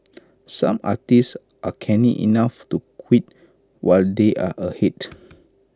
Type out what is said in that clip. some artists are canny enough to quit while they are ahead